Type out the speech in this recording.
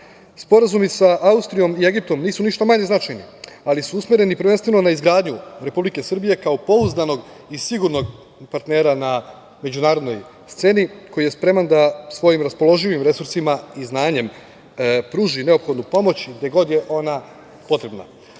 BiH.Sporazumi sa Austrijom i Egiptom nisu ništa manje značajni, ali su usmereni prvenstveno na izgradnju Republike Srbije kao pouzdanog i sigurnog partnera na međunarodnoj sceni koji je spreman da svojim raspoloživim resursima i znanjem pruži neophodnu pomoć gde god je ona potrebna. Naročito